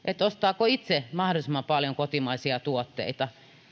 ostaako itse mahdollisimman paljon kotimaisia tuotteita